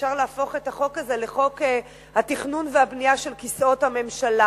ואפשר להפוך את החוק הזה לחוק התכנון והבנייה של כיסאות הממשלה,